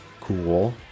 Cool